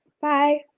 bye